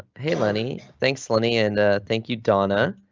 hey lenny. thanks lenny, and thank you donna.